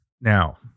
Now